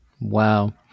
Wow